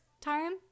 time